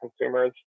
consumers